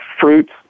fruits